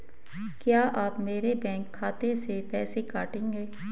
क्या आप मेरे बैंक खाते से पैसे काटेंगे?